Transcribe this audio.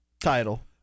title